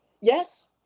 yes